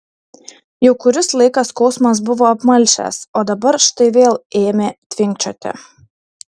jau kuris laikas skausmas buvo apmalšęs o dabar štai vėl ėmė tvinkčioti